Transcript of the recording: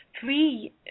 three